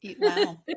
Wow